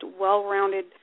well-rounded